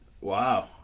Wow